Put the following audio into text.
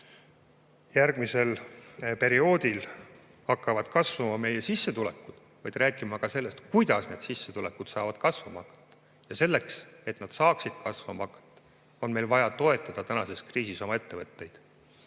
järgmisel perioodil hakkavad kasvama meie sissetulekud, vaid rääkima ka sellest, kuidas need sissetulekud saavad kasvama hakata. Ja selleks, et nad saaksid kasvama hakata, on meil vaja toetada tänases kriisis oma ettevõtteid.